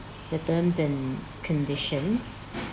the terms and condition